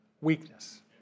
weakness